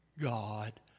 God